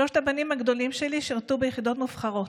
שלושת הבנים הגדולים שלי שירתו ביחידות מובחרות.